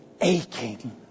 aching